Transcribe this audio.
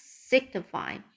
signify